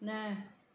न